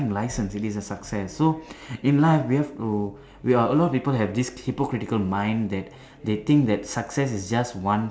license it is a success so in life we have to we are a lot of people have this hypocritical mind that they think that success is just one